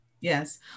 Yes